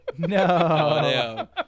No